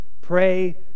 Pray